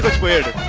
but cleared.